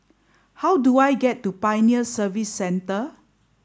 how do I get to Pioneer Service Centre